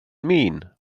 mean